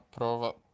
prova